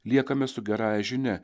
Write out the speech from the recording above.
liekame su gerąja žinia